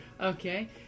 Okay